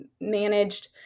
managed